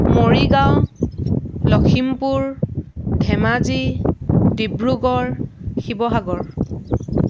Morigaon Lakhimpur Dhemaji Dibrugarh Sivasagar